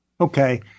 Okay